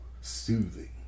soothing